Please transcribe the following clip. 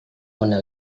mona